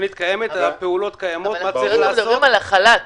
אנחנו מדברים על החל"ת.